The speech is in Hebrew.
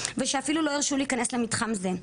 ושאפילו לא הרשו להיכנס למתחם זה.